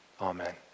Amen